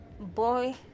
boy